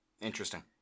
Interesting